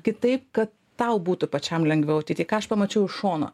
kitaip kad tau būtų pačiam lengviau tai ką aš pamačiau iš šono